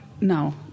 No